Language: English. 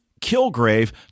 Kilgrave